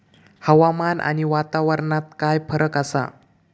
हवामान आणि वातावरणात काय फरक असा?